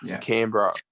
Canberra